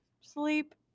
sleep